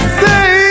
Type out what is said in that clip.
say